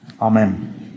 Amen